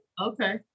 Okay